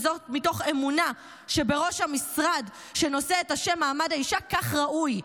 וזאת מתוך אמונה שבראש המשרד שנושא את השם מעמד האישה כך ראוי.